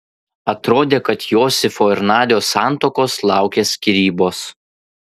atrodė kad josifo ir nadios santuokos laukia skyrybos